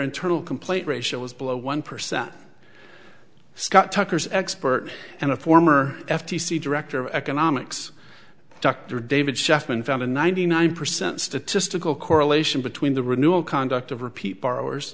internal complaint ratio was below one percent scott tucker's expert and a former f t c director of economics dr david sheff and found a ninety nine percent statistical correlation between the renewal conduct of repeat borrowers